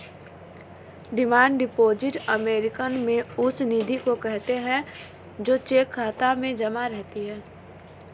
demand deposit American में उस निधि को कहते हैं जो चेक खाता में जमा रहती है